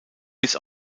bis